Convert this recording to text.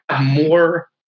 more